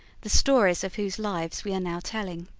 the stories of whose lives we are now telling.